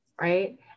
right